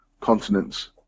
continents